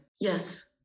Yes